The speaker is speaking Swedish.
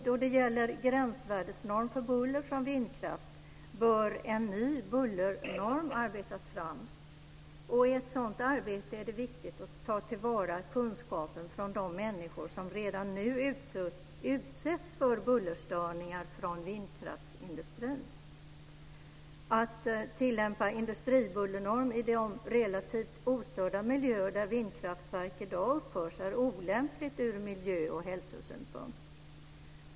Då det gäller gränsvärdesnorm för buller från vindkraft bör en ny bullernorm arbetas fram. I ett sådant arbete är det viktigt att ta till vara kunskapen från de människor som redan nu utsätts för bullerstörningar från vindkraftsindustrin. Att tillämpa industribullernorm i de relativt ostörda miljöer där vindkraftverk i dag uppförs är olämpligt ur miljö och hälsosynpunkt.